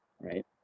right